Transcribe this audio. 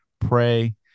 pray